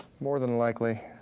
more than likely,